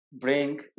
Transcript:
bring